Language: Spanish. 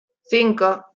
cinco